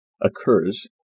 occurs